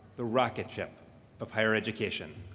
the rocket ship of higher education,